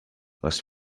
les